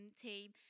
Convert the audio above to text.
team